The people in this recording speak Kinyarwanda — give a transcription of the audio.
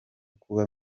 kuba